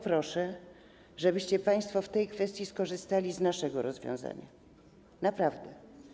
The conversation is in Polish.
Proszę o to, żebyście państwo w tej kwestii skorzystali z naszego rozwiązania, naprawdę.